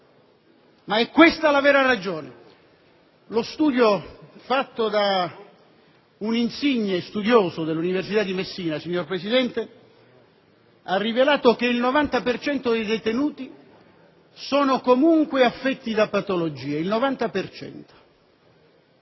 ma questa è la vera ragione. Lo studio fatto da un insigne studioso dell'università di Messina, signor Presidente, ha rivelato che il 90 per cento dei detenuti è affetto da patologie, il 90